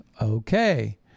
okay